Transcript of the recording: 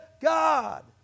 God